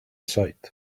sight